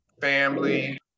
family